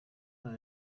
mal